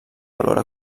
valor